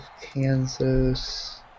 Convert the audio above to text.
Kansas